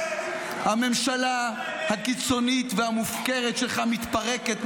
הממשלה הקיצונית והמופקרת שלך מתפרקת,